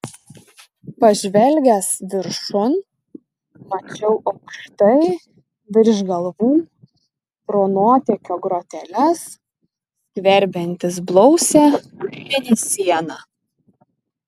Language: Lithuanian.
pažvelgęs viršun mačiau aukštai virš galvų pro nuotėkio groteles skverbiantis blausią mėnesieną